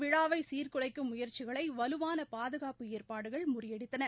விழாவை சீர்குலைக்கும் முயற்சிகளை வலுவான பாதுகாப்பு ஏற்பாடுகள் முறியடித்தன